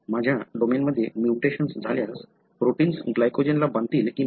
माझ्या या डोमेनमध्ये म्युटेशन्स झाल्यास प्रोटिन्स ग्लायकोजेनला बांधतील की नाही